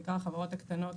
בעיקר על החברות הקטנות,